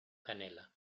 canela